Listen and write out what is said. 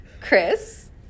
Chris